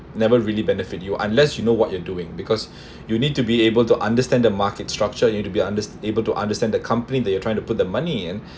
never really benefit you unless you know what you are doing because you need to be able to understand the market structure you need be under~ able to understand the company they are trying to put the money in